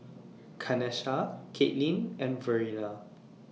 Kanesha Caitlin and Verena